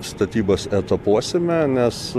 statybas etapuosime nes